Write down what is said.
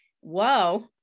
whoa